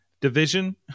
division